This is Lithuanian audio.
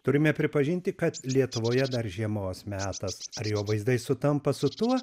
turime pripažinti kad lietuvoje dar žiemos metas ar jo vaizdai sutampa su tuo